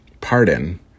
pardon